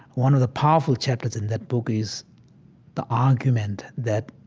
one of the powerful chapters in that book is the argument that,